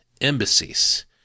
embassies